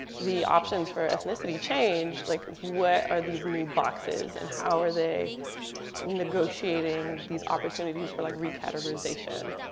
the options for ethnicity change. like what are these new boxes? and how are they negotiating these opportunities for like recategorization?